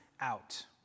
out